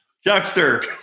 Chuckster